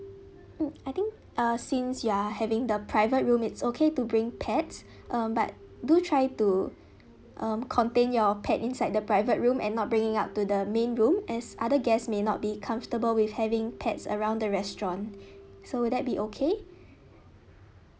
mm I think uh since you are having the private room it's okay to bring pets um but do try to contain your pet inside the private room and not bring it out to the main room as other guests may not be comfortable with having pets around the restaurant so would that be okay